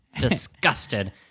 disgusted